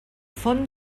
font